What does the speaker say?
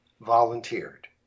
volunteered